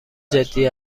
جدی